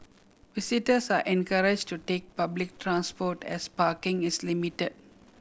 visitors are encourage to take public transport as parking is limit